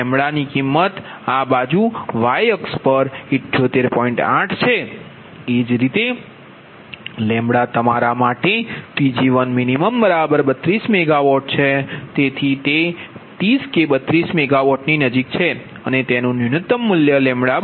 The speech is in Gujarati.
8 λની કિંમત આ બાજુ વાય અક્ષ છે અને એ જ રીતે તમારા માટે Pg1min32MW તેથી તે 30 કે 32 મેગાવોટ ની નજીક છે અને તેનુ ન્યૂનતમ મૂલ્ય 46